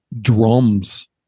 drums